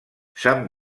sant